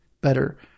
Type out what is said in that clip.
better